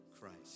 Christ